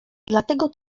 dlatego